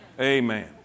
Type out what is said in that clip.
Amen